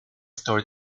store